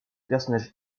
personnage